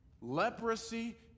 Leprosy